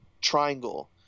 triangle